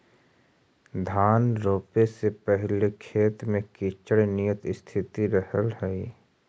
धान रोपे के पहिले खेत में कीचड़ निअन स्थिति रहऽ हइ